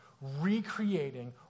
recreating